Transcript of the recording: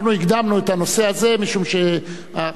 אנחנו הקדמנו את הנושא הזה משום שחשבתי